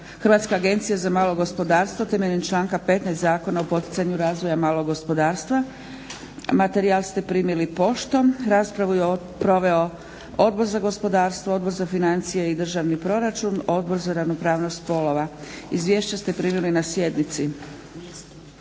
Hrvatska agencija za malo gospodarstvo temeljem članka 15. Zakona o poticanju razvoja malog gospodarstva. Materijal ste primili poštom. Raspravu je proveo Odbor za gospodarstvo, Odbor za financije i državni proračun, Odbor za ravnopravnost spolova. Izvješća ste primili na sjednici.